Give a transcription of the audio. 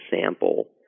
sample